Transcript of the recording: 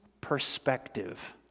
perspective